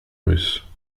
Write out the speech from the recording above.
russe